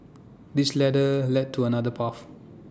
this ladder led to another path